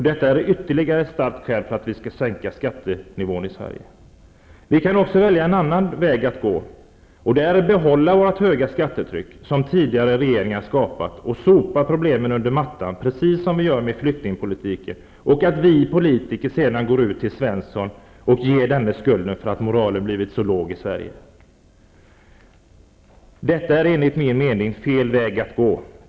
Detta är ytterligare ett starkt skäl för att vi skall sänka skattenivån i Vi kan också välja en annan väg att gå. Det är att behålla vårt höga skattetryck, som tidigare regeringar har skapat, och sopa problemen under mattan, precis som vi gör med flyktingpolitiken, och att vi politiker går ut och ger Svensson skulden för att moralen i Sverige har blivit så låg. Det är enligt min mening fel väg att gå.